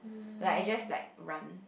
like I just like run